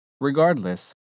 Regardless